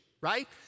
right